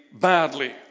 badly